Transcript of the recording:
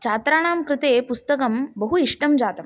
छात्राणां कृते पुस्तकं बहु इष्टं जातं